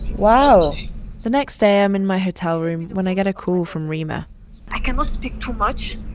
wow the next day, i'm in my hotel room when i got a call from reema i cannot speak too much,